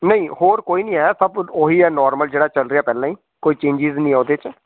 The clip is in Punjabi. ਨਹੀਂ ਹੋਰ ਕੋਈ ਨਹੀਂ ਹੈ ਸਭ ਕੁਝ ਉਹੀ ਹੈ ਨੋਰਮਲ ਜਿਹੜਾ ਚੱਲ ਰਿਹਾ ਪਹਿਲਾਂ ਹੀ ਕੋਈ ਚੇਂਜਿਜ਼ ਨਹੀਂ ਹੈ ਉਹਦੇ 'ਚ